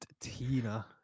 Tina